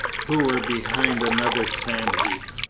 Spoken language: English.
who were behind another sand-heap.